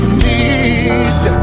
need